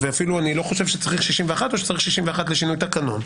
ואני אפילו לא חושב שצריך 61 או שצריך 61 לשינוי תקנון?